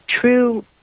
true